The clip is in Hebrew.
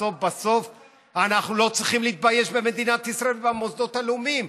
בסוף בסוף אנחנו לא צריכים להתבייש במדינת ישראל ובמוסדות הלאומיים.